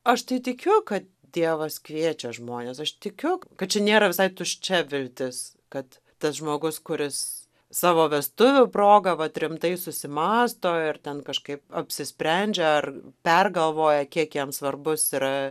aš tai tikiu kad dievas kviečia žmones aš tikiu kad čia nėra visai tuščia viltis kad tas žmogus kuris savo vestuvių proga vat rimtai susimąsto ir ten kažkaip apsisprendžia ar pergalvoja kiek jam svarbus yra